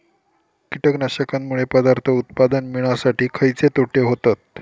कीटकांनमुळे पदार्थ उत्पादन मिळासाठी खयचे तोटे होतत?